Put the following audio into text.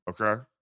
okay